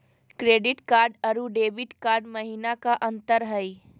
Credit card अरू debit card महिना का अंतर हई?